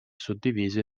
suddivise